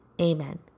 amen